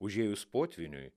užėjus potvyniui